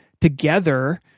together